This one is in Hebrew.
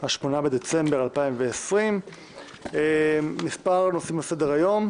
8 בדצמבר 2020. יש לנו מספר נושאים על סדר היום.